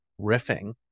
riffing